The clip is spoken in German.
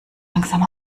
langsam